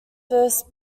first